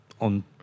on